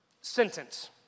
sentence